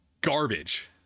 garbage